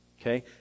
okay